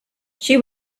she